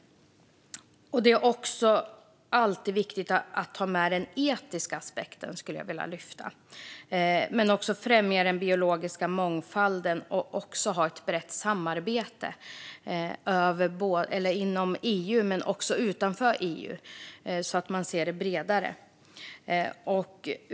Det är också alltid viktigt att ha med den etiska aspekten, främja den biologiska mångfalden och ha ett brett samarbete inom EU men också utanför EU så att man ser på det bredare.